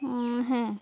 হ্যাঁ